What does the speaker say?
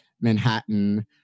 Manhattan